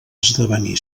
esdevenir